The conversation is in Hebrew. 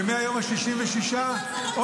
ומהיום ה-66 -- בגלל זה לא הצלחת עם זה.